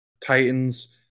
titans